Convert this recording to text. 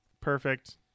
Perfect